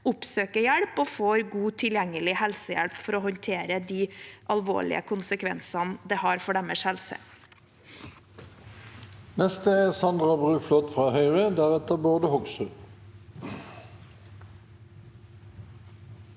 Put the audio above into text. oppsøker hjelp og får god, tilgjengelig helsehjelp for å håndtere de alvorlige konsekvensene det har for deres helse.